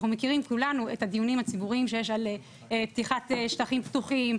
אנחנו מכירים כולנו את הדיונים הציבוריים שיש על פתיחת שטחים פתוחים,